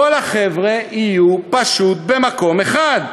כל החבר'ה יהיו פשוט במקום אחד,